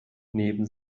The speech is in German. neben